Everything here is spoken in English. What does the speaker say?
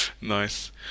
Nice